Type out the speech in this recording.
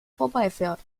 vorbeifährt